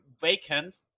vacant